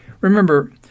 Remember